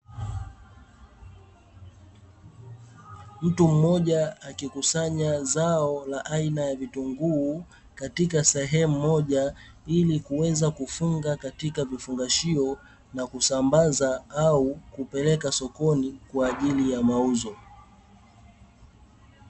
Mtu mmoja akikusanya zao la aina ya vitunguu katika sehemu moja ili Kuweza kufunga kakika vifungashio, ili Kuweza kusambaza au kupelekwa sokoni kwa ajili ya mauzo.